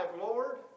Lord